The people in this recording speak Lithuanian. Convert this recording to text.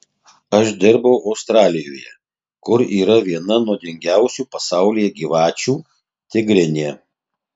aš dirbau australijoje kur yra viena nuodingiausių pasaulyje gyvačių tigrinė